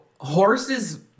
horses